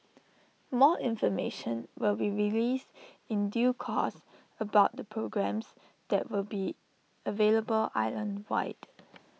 more information will be released in due course about the programmes that will be available island wide